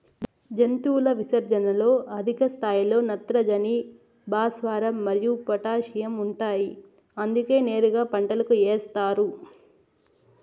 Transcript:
జంతువుల విసర్జనలలో అధిక స్థాయిలో నత్రజని, భాస్వరం మరియు పొటాషియం ఉంటాయి అందుకే నేరుగా పంటలకు ఏస్తారు